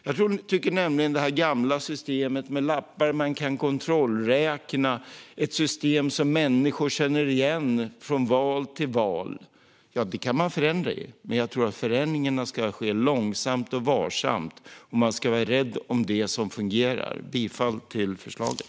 Jag tycker nämligen om det gamla systemet med lappar man kan kontrollräkna, ett system som människor känner igen från val till val. Det kan man förändra, men jag tror att förändringarna ska ske långsamt och varsamt. Man ska vara rädd om det som fungerar. Jag yrkar bifall till förslaget.